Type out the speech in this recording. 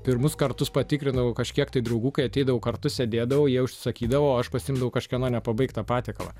pirmus kartus patikrinau kažkiektai draugų kai ateidavau kartu sėdėdavau jie užsisakydavoo aš pasiimdavau kažkieno nepabaigtą patiekalą